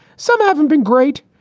some haven't been great.